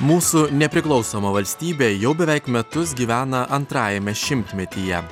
mūsų nepriklausoma valstybė jau beveik metus gyvena antrajame šimtmetyje